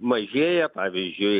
mažėja pavyzdžiui